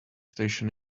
station